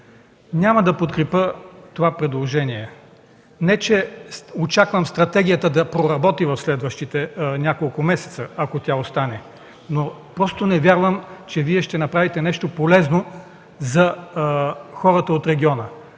Няма да подкрепя предложението, не че очаквам стратегията да проработи в следващите няколко месеца, ако остане, но просто не вярвам, че ще направите нещо полезно за хората от региона.